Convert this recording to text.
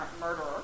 murderer